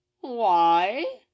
Why